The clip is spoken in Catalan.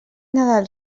nadal